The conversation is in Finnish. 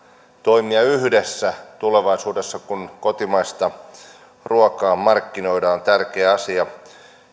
toimia yhdessä tulevaisuudessa kun kotimaista ruokaa markkinoidaan tärkeä asia